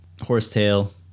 horsetail